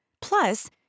Plus